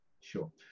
Sure